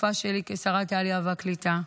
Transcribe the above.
בתקופה שלי כשרת העלייה והקליטה,